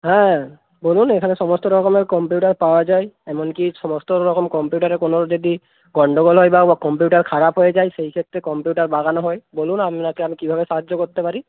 হ্যাঁ বলুন এখানে সমস্ত রকমের কম্পিউটার পাওয়া যায় এমন কি সমস্ত রকম কম্পিউটারে কোনো যদি গন্ডগোল হয় বা ও কম্পিউটার খারাপ হয়ে যায় সেই ক্ষেত্রে কম্পিউটার বাগানো হয় বলুন আপনাকে আমি কীভাবে সাহায্য করতে পারি